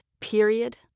Period